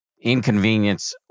inconvenience